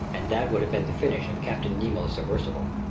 and that would have been the finish of captain nemo's submersible.